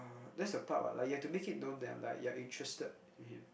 that's the part what like you have to make it known that like you are interested in him